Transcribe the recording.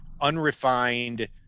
unrefined